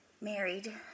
married